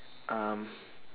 um